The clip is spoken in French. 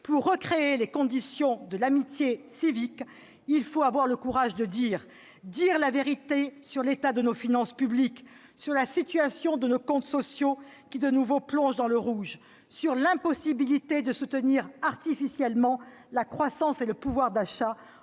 Pour recréer les conditions de l'amitié civique, il faut avoir le courage de dire la vérité sur l'état de nos finances publiques, sur la situation de nos comptes sociaux qui, de nouveau, plongent dans le rouge, sur l'impossibilité de soutenir artificiellement la croissance et le pouvoir d'achat